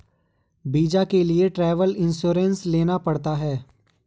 visa के लिए travel insurance लेना पड़ता है